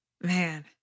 Man